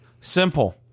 Simple